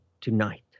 tonight